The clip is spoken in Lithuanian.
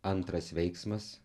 antras veiksmas